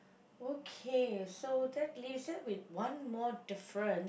okay so that leaves that with one more different